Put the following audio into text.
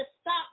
stop